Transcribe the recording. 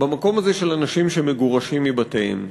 במקום הזה של אנשים שמגורשים מבתיהם.